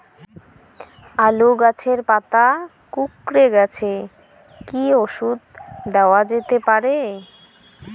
আলু গাছের পাতা কুকরে গেছে কি ঔষধ দেওয়া যেতে পারে?